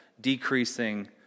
decreasing